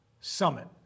Summit